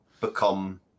become